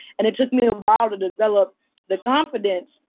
and it took me a while to develop the confidence,